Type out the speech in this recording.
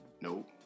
Nope